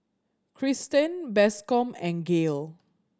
Cristen Bascom and Gael